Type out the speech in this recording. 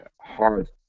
hard